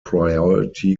priority